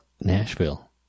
Nashville